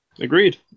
Agreed